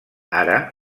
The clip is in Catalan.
ara